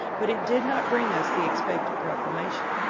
but it did not bring us the expected proclamation.